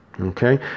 okay